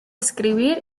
escribir